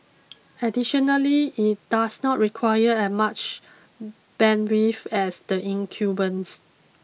additionally it does not require a much bandwidth as the incumbents